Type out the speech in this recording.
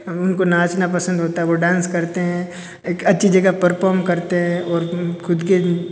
उनको नाचना पसंद होता है वो डांस करते हैं एक अच्छी जगह परफॉर्म करते हैं और खुद के